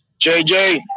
JJ